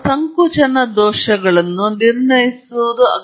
ಕೆಲವೊಮ್ಮೆ ನಾವು ಆವರ್ತನ ಡೊಮೇನ್ಗೆ ಚಲಿಸಲು ಬಯಸಬಹುದು